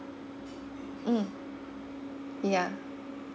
mm yeah